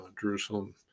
Jerusalem